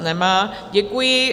Nemá, děkuji.